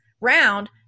round